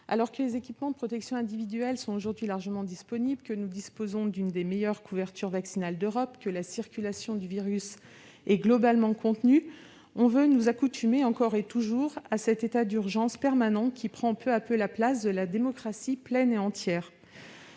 Alors que les équipements de protection individuelle sont aujourd'hui largement répandus, que nous disposons de l'une des meilleures couvertures vaccinales d'Europe et que la circulation du virus est globalement contenue, on persiste à vouloir nous accoutumer à un état d'urgence permanent qui, peu à peu, prend la place de la démocratie pleine et entière.